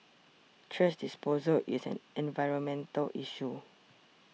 trash disposal is an environmental issue